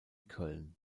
köln